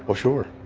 ah sure.